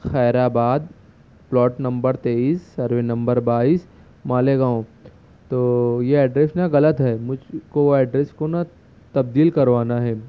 Khairabad plot number تیئیس survey number بائیس مالیگاؤں تو یہ ایڈریس نا غلط ہے مجھ کو ایڈریس کو نا تبدیل کروانا ہے